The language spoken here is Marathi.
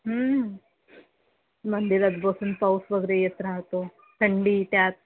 मंदिरात बसून पाऊस वगैरे येत राहतो थंडी त्यात